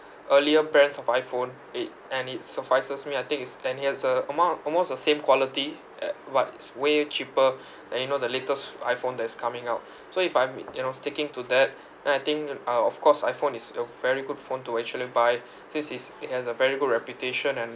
earlier parents of iphone eight and it suffices me I think it's ten years uh amount almost the same quality at but it's way cheaper than you know the latest iphone that is coming out so if I'm you know sticking to that then I think uh of course iphone is a very good phone to actually buy since it's it has a very good reputation and